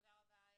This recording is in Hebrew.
תודה רבה לכולכם.